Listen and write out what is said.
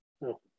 no